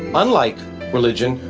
unlike religion,